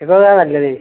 ഇത് അതാണ് നല്ലത്